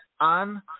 on